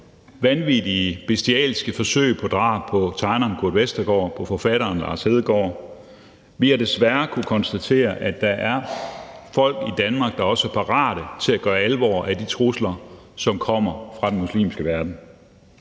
set vanvittige, bestialske forsøg på drab på tegneren Kurt Westergaard, på forfatteren Lars Hedegaard, og vi har desværre kunnet konstatere, at der er folk i Danmark, der også er parate til at gøre alvor af de trusler, som kommer fra den muslimske verden.